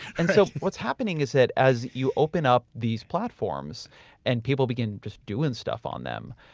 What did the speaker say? and so what's happening is that, as you open up these platforms and people begin just doing stuff on them,